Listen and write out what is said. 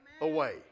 away